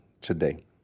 today